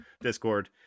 Discord